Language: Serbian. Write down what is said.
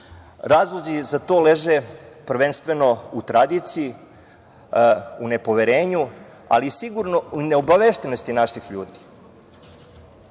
Razlozi za to leže prvenstveno u tradiciji, u nepoverenju, ali sigurno i u neobaveštenosti naših ljudi.